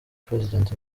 president